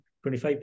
25%